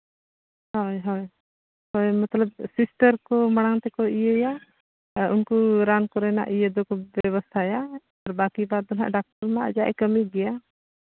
ᱦᱳᱭ ᱦᱳᱭ ᱢᱚᱛᱞᱚᱵᱽ ᱥᱤᱥᱴᱟᱨ ᱠᱚ ᱢᱟᱲᱟᱝ ᱛᱮᱠᱚ ᱤᱭᱟᱹᱭᱟ ᱟᱨ ᱩᱱᱠᱩ ᱨᱟᱱ ᱠᱚᱨᱮᱱᱟᱜ ᱤᱭᱟᱹ ᱫᱚᱠᱚ ᱵᱮᱵᱚᱥᱛᱷᱟᱭᱟ ᱟᱨ ᱵᱟᱹᱠᱤ ᱵᱟᱫᱽ ᱫᱚᱦᱟᱸᱜ ᱰᱟᱠᱛᱚᱨ ᱦᱚᱸ ᱟᱡᱟᱜ ᱮ ᱠᱟᱹᱢᱤ ᱜᱮᱭᱟ